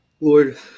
Lord